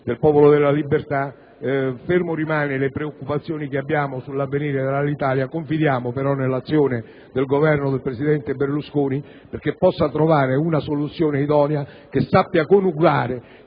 del Popolo della Libertà, ferme rimanendo le preoccupazioni che abbiamo sull'avvenire dell'Alitalia, confidiamo però nell'azione del Governo del presidente Berlusconi affinché possa trovare una soluzione idonea che sappia coniugare